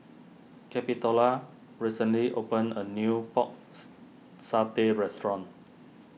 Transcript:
Capitola recently opened a new Pork's Satay restaurant